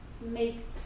make